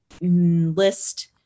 list